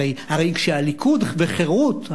הרי כשהליכוד וחרות,